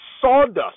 sawdust